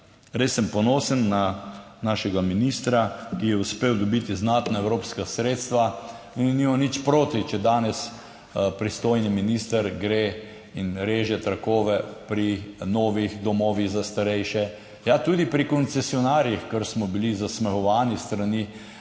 Res sem ponosen na našega ministra, ki je uspel dobiti znatna evropska sredstva. In nimam nič proti, če danes pristojni minister gre in reže trakove pri novih domovih za starejše. Ja, tudi pri koncesionarjih, ker smo bili zasmehovani s strani